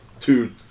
two